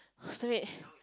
stupid